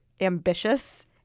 ambitious